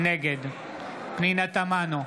נגד פנינה תמנו,